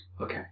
Okay